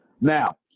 Now